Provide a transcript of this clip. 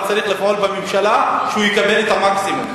אבל צריך לפעול בממשלה שהוא יקבל את המקסימום,